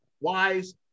Wise